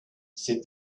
said